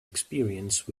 experience